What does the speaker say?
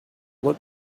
look